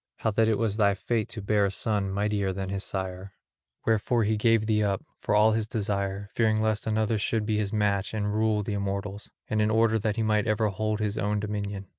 how that it was thy fate to bear a son mightier than his sire wherefore he gave thee up, for all his desire, fearing lest another should be his match and rule the immortals, and in order that he might ever hold his own dominion.